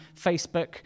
Facebook